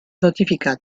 notificat